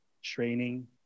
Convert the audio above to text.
Training